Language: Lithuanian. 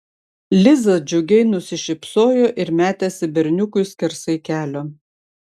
liza džiugiai nusišypsojo ir metėsi berniukui skersai kelio